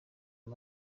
aya